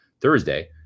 Thursday